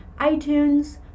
iTunes